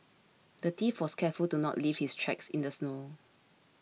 the thief was careful to not leave his tracks in the snow